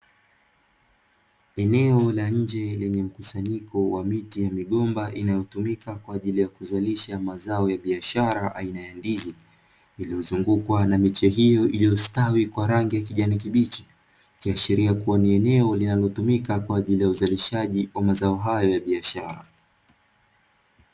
Eneo la nje lenye mkusanyiko wa miti ya migomba, inayotumika kwa ajili ya kuzalisha mazao ya biashara aina ya ndizi, iliyozungukwa na miche hiyo iliyostawi kwa rangi ya kijani kibichi. Ikiashiria kuwa ni eneo linalotumika kwa ajili ya uzalishaji wa mazao hayo ya biashara.